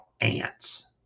ants